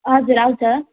हजुर आउँछ